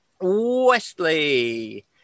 Wesley